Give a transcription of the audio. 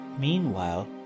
Meanwhile